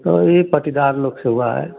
तो यह पटीदार लोग से हुआ है